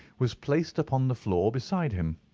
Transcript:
was placed upon the floor beside him.